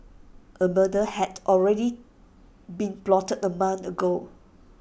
A murder had already been plotted A month ago